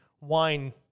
wine